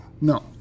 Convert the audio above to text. No